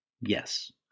Yes